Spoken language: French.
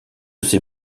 ces